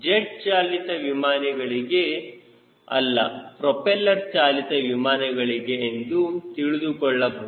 jet ಚಾಲಿತ ವಿಮಾನಿಗಳಿಗೆ ಅಲ್ಲ ಪ್ರೊಪೆಲ್ಲರ್ ಚಾಲಿತ ವಿಮಾನಗಳಿಗೆ ಎಂದು ತಿಳಿದುಕೊಳ್ಳಬಹುದು